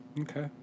Okay